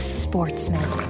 sportsman